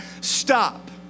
Stop